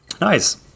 Nice